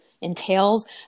entails